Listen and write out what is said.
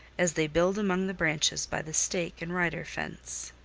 as they build among the branches by the stake-and-rider fence.